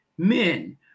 Men